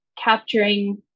capturing